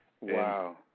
Wow